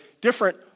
different